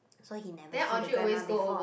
so he never see the grandma before